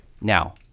Now